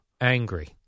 Angry